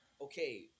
okay